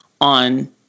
on